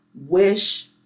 wish